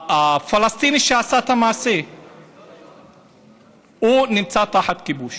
הפלסטיני שעשה את המעשה נמצא תחת כיבוש.